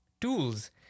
tools